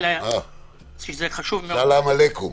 סלאם עליכום.